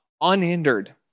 unhindered